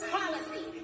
policy